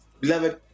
beloved